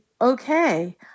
okay